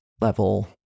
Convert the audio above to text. level